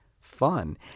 fun